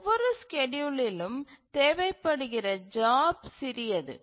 ஒவ்வொரு ஸ்கேட்யூலிலும் தேவைப்படுகிற ஜாப் சிறியது